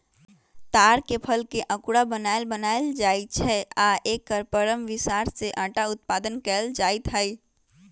तार के फलके अकूरा बनाएल बनायल जाइ छै आ एकर परम बिसार से अटा उत्पादन कएल जाइत हइ